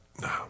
No